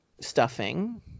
stuffing